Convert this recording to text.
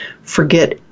Forget